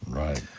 right.